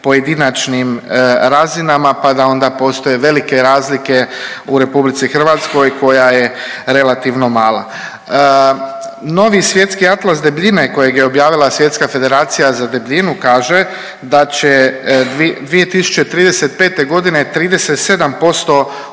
pojedinačnim razinama pa da onda postoje velike razlike u RH koja je relativno mala. Novi Svjetski atlas debljine kojeg je objavila Svjetska federacija za debljinu kaže da će 2035.g. 37% odrasle